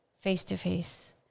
face-to-face